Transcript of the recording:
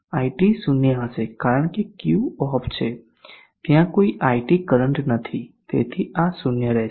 તે iT 0 હશે કારણ કે Q ઓફ છે ત્યાં કોઈ iT કરંટ નથી તેથી આ 0 રહેશે